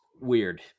weird